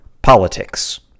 politics